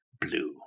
blue